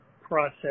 process